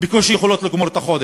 בקושי יכולות לגמור את החודש,